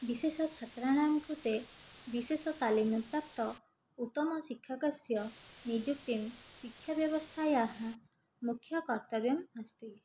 विशेषछात्राणां कृते विशेषतालिमप्राप्त उत्तमशिक्षकस्य नियुक्तिं शिक्षाव्यवस्थायाः मुख्यकर्तव्यम् अस्ति